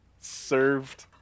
served